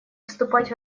вступать